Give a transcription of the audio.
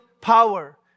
power